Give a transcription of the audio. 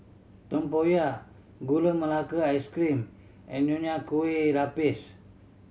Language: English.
tempoyak Gula Melaka Ice Cream and Nonya Kueh Lapis